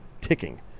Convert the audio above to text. ticking